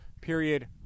period